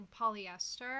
polyester